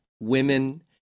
women